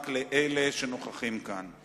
רק לאלה שנוכחים כאן.